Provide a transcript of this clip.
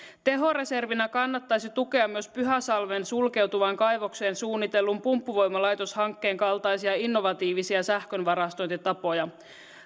tehoreservinä kannattaisi tukea myös pyhäsalmen sulkeutuvaan kaivokseen suunnitellun pumppuvoimalaitoshankkeen kaltaisia innovatiivisia sähkönvarastointitapoja